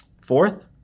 Fourth